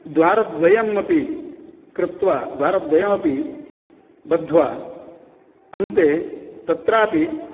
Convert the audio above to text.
द्वारद्वयम् अपि कृत्वा द्वारद्वयमपि बध्वा अन्ते तत्रापि